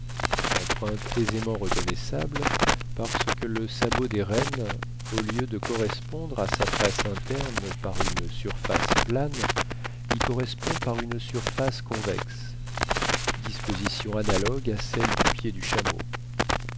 empreintes aisément reconnaissables parce que le sabot des rennes au lieu de correspondre à sa face interne par une surface plane y correspond par une surface convexe disposition analogue à celle du pied du chameau